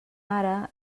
ara